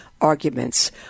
arguments